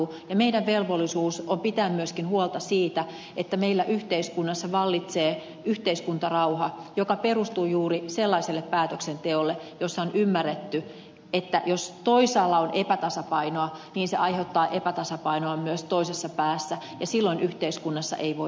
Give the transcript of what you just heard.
meidän velvollisuutemme on pitää myöskin huolta siitä että meillä yhteiskunnassa vallitsee yhteiskuntarauha joka perustuu juuri sellaiselle päätöksenteolle jossa on ymmärretty että jos toisaalla on epätasapainoa niin se aiheuttaa epätasapainoa myös toisessa päässä ja silloin yhteiskunnassa ei voida hyvin